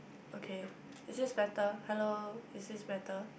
okay is this better hello is this better